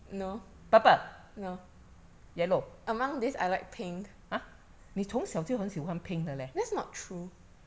purple yellow !huh! 你从小就很喜欢 pink 的 leh